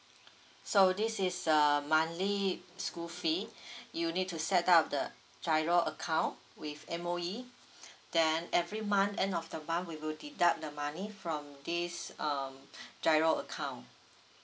so this is a monthly school fee you need to set up the giro account with M_O_E then every month end of the month will deduct the money from this um giro account